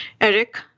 Eric